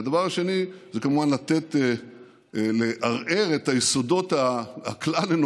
והדבר השני זה כמובן לערער את היסודות הכלל-אנושיים